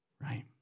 right